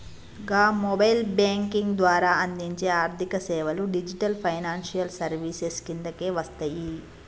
గా mobile banking ద్వారా అందించే ఆర్థికసేవలు డిజిటల్ ఫైనాన్షియల్ సర్వీసెస్ కిందకే వస్తయి